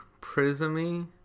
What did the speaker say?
Prismy